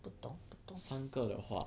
三个的话